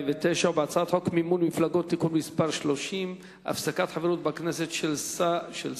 ובהצעת חוק מימון מפלגות (תיקון מס' 30) (הפסקת חברות בכנסת של שר),